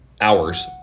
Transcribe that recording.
hours